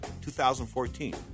2014